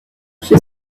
she